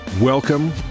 Welcome